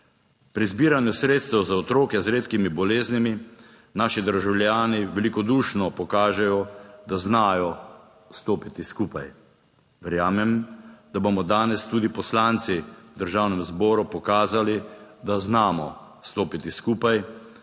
Pri zbiranju sredstev za otroke z redkimi boleznimi naši državljani velikodušno pokažejo, da znajo stopiti skupaj. Verjamem, da bomo danes tudi poslanci v Državnem zboru pokazali, da znamo stopiti skupaj